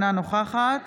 אינה נוכחת